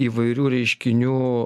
įvairių reiškinių